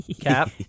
Cap